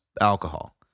alcohol